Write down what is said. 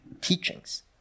teachings